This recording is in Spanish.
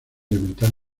elemental